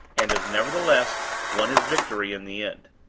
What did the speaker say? and has nevertheless won his victory in the end.